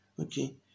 Okay